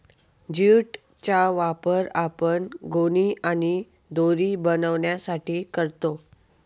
jute चा वापर आपण गोणी आणि दोरी बनवण्यासाठी करतो